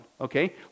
Okay